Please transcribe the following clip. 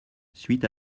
suite